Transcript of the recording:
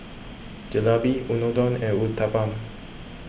Jalebi Unadon and Uthapam